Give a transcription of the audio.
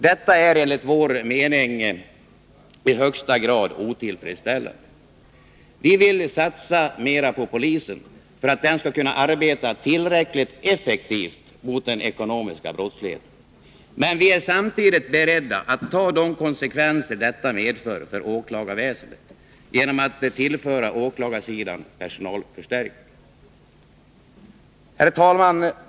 Detta är, enligt vår mening, i högsta grad otillfredsställande. Vi vill satsa mera på polisen, för att den skall kunna arbeta tillräckligt effektivt mot den ekonomiska brottsligheten. Men vi är samtidigt beredda att ta de konsekvenser detta medför för åklagarväsendet, genom att vi vill tillföra åklagarsidan personalförstärkningar. Herr talman!